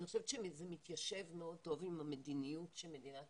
אני חושבת שזה מתיישב מאוד טוב עם המדיניות שלמדינת